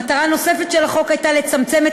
מטרה נוספת של החוק הייתה לצמצם את